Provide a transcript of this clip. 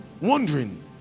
wondering